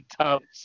tubs